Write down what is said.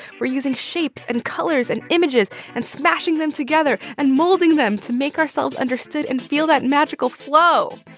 we're using shapes and colors and images and smashing them together and molding them to make ourselves understood and feel that magical flow.